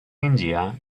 india